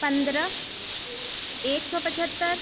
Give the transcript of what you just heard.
پندرہ ایک سو پچہتر